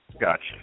Gotcha